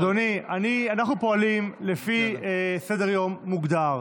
אדוני, אנחנו פועלים לפי סדר-יום מוגדר.